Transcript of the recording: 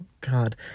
God